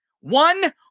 One